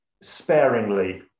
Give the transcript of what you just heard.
sparingly